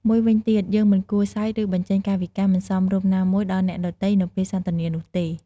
មួយវិញទៀត យើងមិនគួរសើច ឬបញ្ចេញកាយវិការមិនសមរម្យណាមួយដល់អ្នកដទៃនៅពេលសន្ទនានោះទេ។